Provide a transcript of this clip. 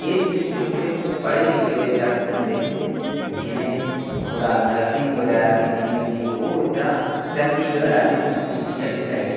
किश जेह्के थोह्ड़े पढ़े लिखे दे जगत होंदे जिनें थोह्ड़ा नर्सिंग बगैरा कीते दे होंदी ओह् उद्धरा चंडीगढ़ आह्ली सीटी आह्ली साइड